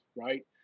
right